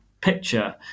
picture